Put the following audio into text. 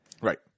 Right